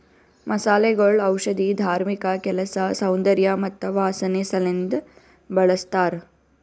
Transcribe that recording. ಮಸಾಲೆಗೊಳ್ ಔಷಧಿ, ಧಾರ್ಮಿಕ ಕೆಲಸ, ಸೌಂದರ್ಯ ಮತ್ತ ವಾಸನೆ ಸಲೆಂದ್ ಬಳ್ಸತಾರ್